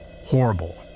Horrible